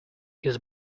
his